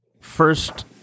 first